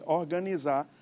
organizar